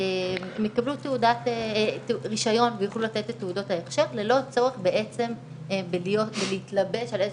הם יקבלו רישיון ויוכלו לתת את תעודת ההכשר ללא צורך להתלבש על איזה